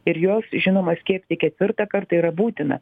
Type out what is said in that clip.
ir juos žinoma skiepyti ketvirtą kartą yra būtina